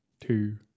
two